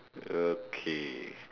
okay